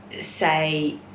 say